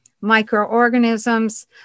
microorganisms